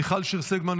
מיכל שיר סגמן,